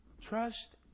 Trust